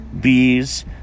bees